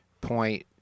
point